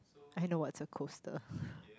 I know what's a coaster